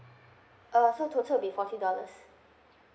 err so total will be forty dollars